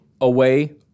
away